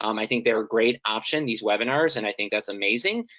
um i think they're a great option, these webinars, and i think that's amazing,